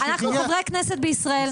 אנחנו חברי הכנסת בישראל,